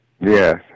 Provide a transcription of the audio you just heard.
Yes